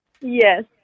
Yes